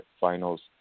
finals